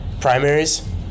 primaries